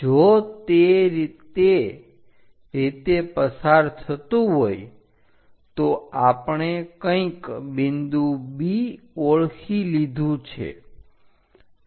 જો તે તે રીતે પસાર થતું હોય તો આપણે કંઈક બિંદુ B ઓળખી લીધું છે